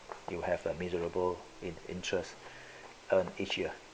you have a miserable in~ interest earned each year